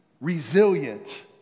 resilient